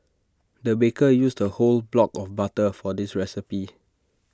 the baker used A whole block of butter for this recipe